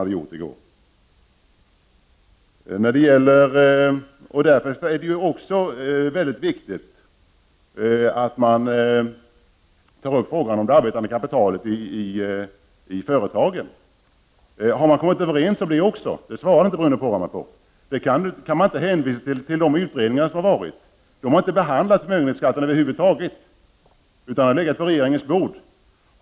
Det är vidare viktigt att komma fram till ett beslut i frågan om beskattningen av förmögenhet i det arbetande kapitalet i företagen. Bruno Poromaa svarar inte på frågan om man också har kommit överens på den punkten. Det går inte att hänvisa till de utredningar som gjorts, eftersom dessa över huvud taget inte har behandlat frågan om förmögenhetsbeskattningen. Det ärendet har legat på regeringens bord.